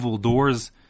doors